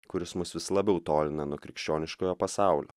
kuris mus vis labiau tolina nuo krikščioniškojo pasaulio